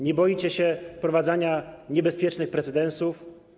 Nie boicie się wprowadzania niebezpiecznych precedensów?